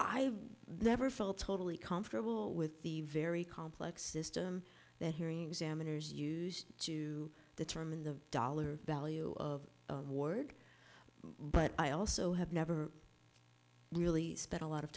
e never felt totally comfortable with the very complex system that hearing examiners used to determine the dollar value of award but i also have never really spent a lot of